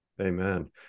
Amen